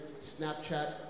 Snapchat